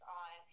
on